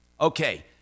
Okay